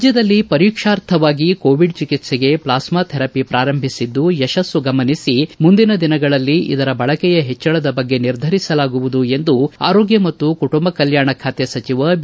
ರಾಜ್ಯದಲ್ಲಿ ಪರಿಕ್ಷಾರ್ಥವಾಗಿ ಕೋವಿಡ್ ಚಿಕಿತ್ಸೆಗೆ ಪ್ಲಾಸ್ಕಾ ಥೆರಪಿ ಪ್ರಾರಂಭಿಸಿದ್ದು ಯತಸ್ತು ಗಮನಿಸಿ ಮುಂದಿನ ದಿನಗಳಲ್ಲಿ ಇದರ ಬಳಕೆಯ ಹೆಚ್ಚಳದ ಬಗ್ಗೆ ನಿರ್ಧರಿಸಲಾಗುವುದು ಎಂದು ಆರೊಗ್ಯ ಮತ್ತು ಕುಟುಂಬ ಕಲ್ಕಾಣ ಖಾತೆ ಸಚಿವ ಬಿ